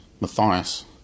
Matthias